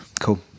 Cool